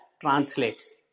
translates